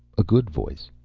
a good voice.